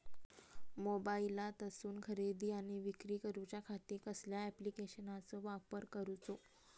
मोबाईलातसून खरेदी आणि विक्री करूच्या खाती कसल्या ॲप्लिकेशनाचो वापर करूचो?